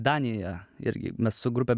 danijoje irgi mes su grupe